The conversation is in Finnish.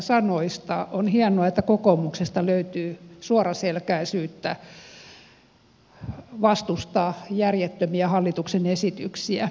on hienoa että kokoomuksesta löytyy suoraselkäisyyttä vastustaa järjettömiä hallituksen esityksiä